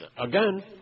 Again